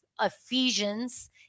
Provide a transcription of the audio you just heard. Ephesians